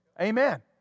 Amen